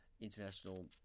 international